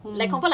ya